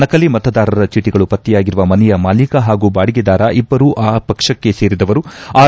ನಕಲಿ ಮತದಾರರ ಚೀಟಗಳು ಪತ್ತೆಯಾಗಿರುವ ಮನೆಯ ಮಾಲೀಕ ಹಾಗೂ ಬಾಡಿಗೆದಾರ ಇಬ್ಬರೂ ಆ ಪಕ್ಷಕ್ಕೆ ಸೇರಿದವರು ಆರ್